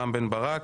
רם בן ברק,